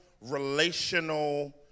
relational